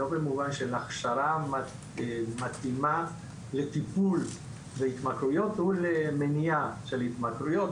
לא במובן של הכשרה מתאימה לטיפול בהתמכרויות ובמניעה של התמכרויות.